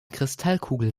kristallkugel